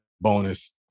bonus